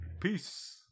peace